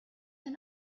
and